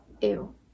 Ew